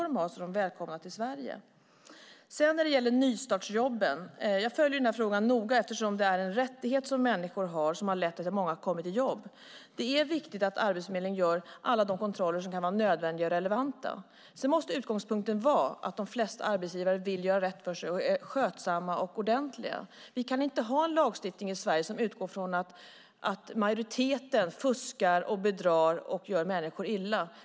Frågan om nystartsjobben följer jag noga, eftersom det är en rättighet som människor har och som har lett till att många kommit i jobb. Det är viktigt att Arbetsförmedlingen gör alla de kontroller som kan vara nödvändiga och relevanta. Sedan måste utgångspunkten vara att de flesta arbetsgivare vill göra rätt för sig och är skötsamma och ordentliga. Vi kan inte ha en lagstiftning i Sverige som utgår från att majoriteten fuskar och bedrar och gör människor illa.